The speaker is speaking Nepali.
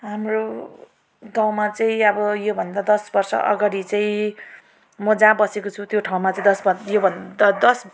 हाम्रो गाउँमा चाहिँ अब यो भन्दा दस वर्ष अगाडि चाहिँ म जहाँ बसेको छु त्यो ठाउँमा चाहिँ दस भन् यो भन्दा दस